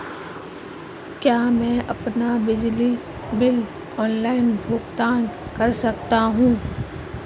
क्या मैं अपना बिजली बिल ऑनलाइन भुगतान कर सकता हूँ?